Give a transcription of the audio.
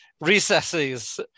recesses